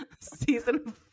season